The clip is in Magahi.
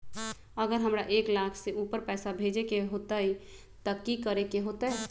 अगर हमरा एक लाख से ऊपर पैसा भेजे के होतई त की करेके होतय?